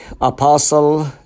Apostle